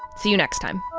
see you next time